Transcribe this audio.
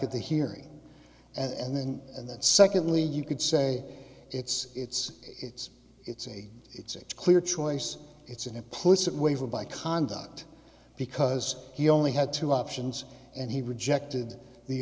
at the hearing and then and then secondly you could say it's it's it's it's a it's a clear choice it's an implicit waiver by conduct because he only had two options and he rejected the